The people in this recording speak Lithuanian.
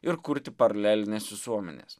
ir kurti paralelines visuomenes